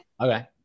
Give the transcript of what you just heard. Okay